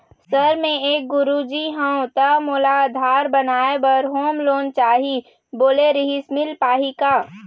Sir मे एक गुरुजी हंव ता मोला आधार बनाए बर होम लोन चाही बोले रीहिस मील पाही का?